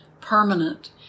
permanent